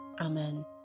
Amen